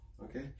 Okay